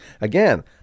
again